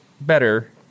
better